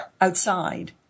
outside